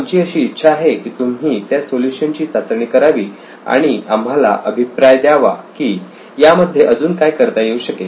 आमची अशी इच्छा आहे की तुम्ही त्या सोल्युशन ची चाचणी करावी आणि आम्हाला अभिप्राय द्यावा की यामध्ये अजून काय करता येऊ शकेल